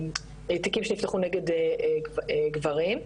תיקים שנפתחו נגד גברים,